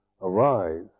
arise